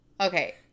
Okay